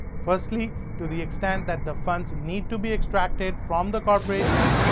firstly, to the extent that the funds need to be extracted from the corporation,